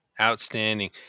Outstanding